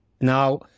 Now